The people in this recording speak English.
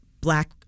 black